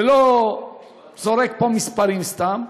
ולא זורק פה סתם מספרים,